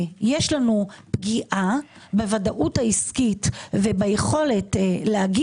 יש לנו פגיעה בוודאות העסקית וביכולת לומר: